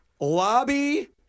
lobby